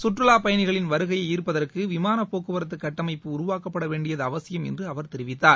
கற்றுலா பயணிகளின் வருகையை ஈர்ப்பதற்கு விமான போக்குவரத்து கட்டமைப்பு உருவாக்கப்பட வேண்டியது அவசியம் என்று அவர் தெரிவித்தார்